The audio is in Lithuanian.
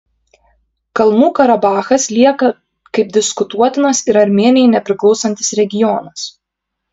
kalnų karabachas lieka kaip diskutuotinas ir armėnijai nepriklausantis regionas